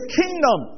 kingdom